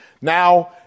Now